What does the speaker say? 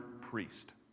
priest